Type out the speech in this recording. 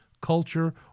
culture